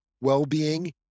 well-being